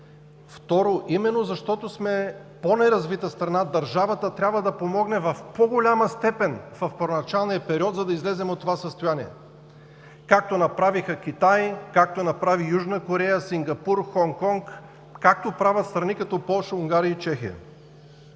Второ, именно защото сме по-неразвита страна, държавата трябва да помогне в по-голяма степен в първоначалния период, за да излезем от това състояние, както направиха Китай, Южна Корея, Сингапур, Хонг Конг, както правят страни, като Полша, Унгария и Чехия.